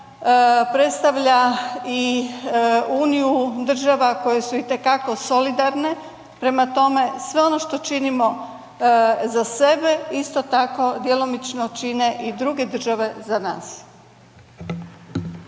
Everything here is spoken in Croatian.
predstavlja i uniju država koje su itekako solidarne, prema tome, sve ono što činimo za sebe, isto tako, djelomično čine i druge države za nas.